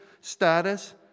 status